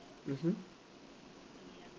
mmhmm